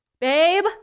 babe